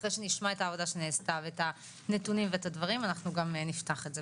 אחרי שנשמע ואת הנתונים, נפתח את זה.